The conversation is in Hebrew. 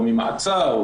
או ממעצר,